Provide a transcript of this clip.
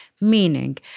Meaning